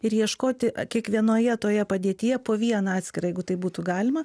ir ieškoti kiekvienoje toje padėtyje po vieną atskirą jeigu tai būtų galima